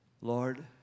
Lord